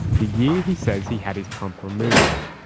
the year he says he had his pump removed.